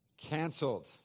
Cancelled